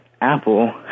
Apple